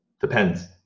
Depends